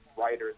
Writers